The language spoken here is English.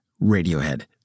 Radiohead